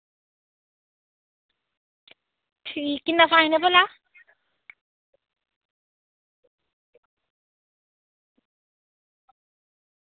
ठीक किन्ना फाइन ऐ भला